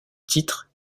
titre